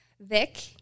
Vic